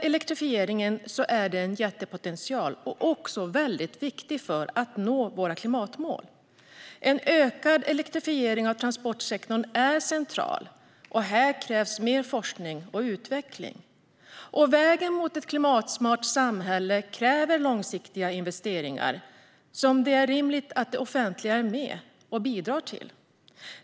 Elektrifieringen är en jättepotential som är viktig för att vi ska nå våra klimatmål. En ökad elektrifiering av transportsektorn är central, och här krävs mer forskning och utveckling. Vägen mot ett klimatsmart samhälle kräver långsiktiga investeringar som det är rimligt att det offentliga är med och bidrar till.